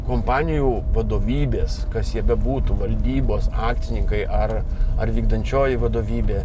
kompanijų vadovybės kas jie bebūtų valdybos akcininkai ar ar vykdančioji vadovybė